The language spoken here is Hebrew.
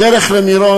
היו עולים בדרך למירון,